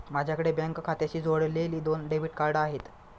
माझ्याकडे बँक खात्याशी जोडलेली दोन डेबिट कार्ड आहेत